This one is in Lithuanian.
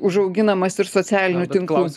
užauginamas ir socialinių tinklų